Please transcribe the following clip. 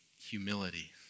humility